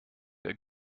der